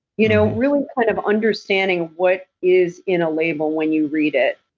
you know really kind of understanding what is in a label when you read it,